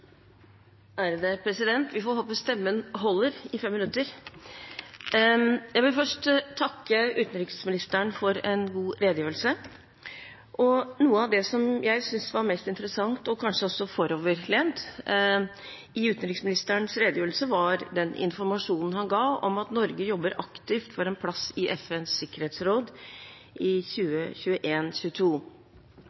vil først takke utenriksministeren for en god redegjørelse. Noe av det som jeg syntes var mest interessant og kanskje foroverlent i utenriksministerens redegjørelse, var den informasjonen han ga om at Norge jobber aktivt for en plass i FNs sikkerhetsråd i